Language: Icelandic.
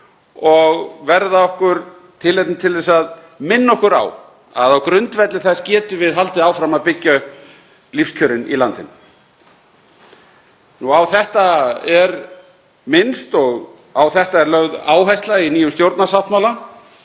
og verða okkur tilefni til þess að minna okkur á að á grundvelli þess getum við haldið áfram að byggja upp lífskjörin í landinu. Á þetta er minnst og á þetta er lögð áhersla í nýjum stjórnarsáttmála